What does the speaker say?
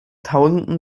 tausenden